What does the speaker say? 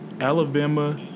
Alabama